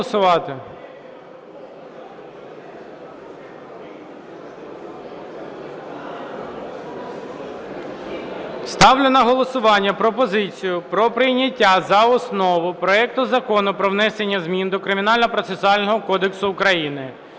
Ставлю на голосування пропозицію про прийняття за основу проекту Закону про внесення змін до Кримінального та Кримінального процесуального кодексів України